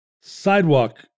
sidewalk